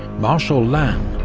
marshal lannes,